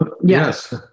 Yes